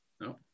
No